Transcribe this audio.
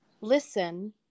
listen